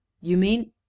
you mean?